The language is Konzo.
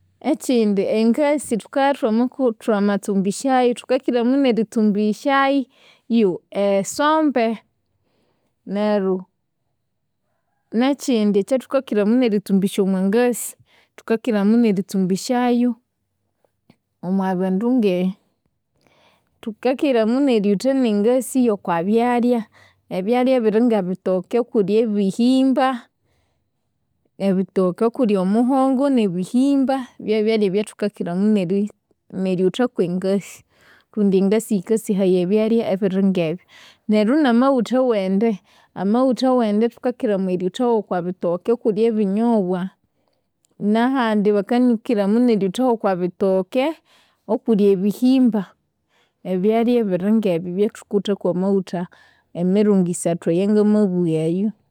Ekyindi, engasi thukabya thwamatsumbisyayu, thukiramunu eritsumbisyayu esombe. Neryo nekyindi ekyathukakiramunu eritsumbisya omwangasi, thukakiramunu eritsumbisyayu, omwabindu nge- thukakiramunu eryutha nengasi yokwabyalya. Ebyalya ebiringebitoke okuli ebihimba, ebitoke okuli omuhogo nebihimba, byebyalya ebyathukiramunu eri, neryuthaku engasi. Kundi engasi yikasihaya ebyalya ebiri ngebyu, neryo namaghutha wende, amaghutha wende thukakiramunu eryuthaghu okwabitoke okuli ebinyobwa, nahandi bakanakiramunu eryuthaghu okwabitoke okuli ebihimba. Ebyalya ebiringebyu byathukutha kwamaghutha emiringo isathu eyangamabughe eyu.